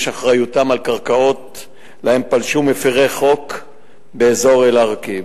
אחריותם לקרקעות שאליהן פלשו מפירי חוק באזור אל-עראקיב.